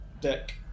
deck